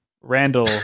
Randall